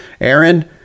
Aaron